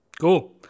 Cool